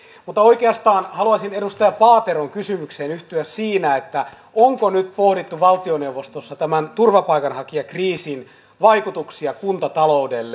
mutta oikeastaan haluaisin edustaja paateron kysymykseen yhtyä siinä onko nyt pohdittu valtioneuvostossa tämän turvapaikanhakijakriisin vaikutuksia kuntataloudelle